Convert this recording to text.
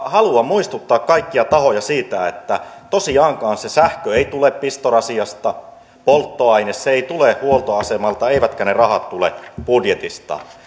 haluan muistuttaa kaikkia tahoja siitä että tosiaankaan se sähkö ei tule pistorasiasta polttoaine ei tule huoltoasemalta eivätkä ne rahat tule budjetista